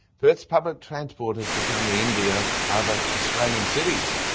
perth's public transport has become the envy of other australian cities.